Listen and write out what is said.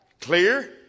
Clear